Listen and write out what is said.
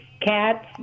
Cats